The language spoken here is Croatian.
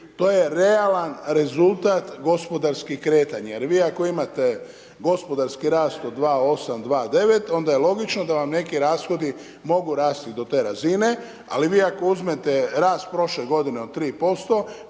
To je realan rezultat gospodarskih kretanja. Jer vi ako imate gospodarski rast od 2,8 2,9 onda je logično da vam neki rashodi mogu rasti do te razine ali vi ako uzmete rast od prošle g. od 3%